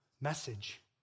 message